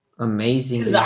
Amazing